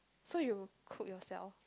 so you cook yourself